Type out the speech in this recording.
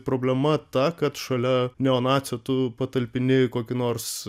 problema ta kad šalia neonacio tu patalpini kokį nors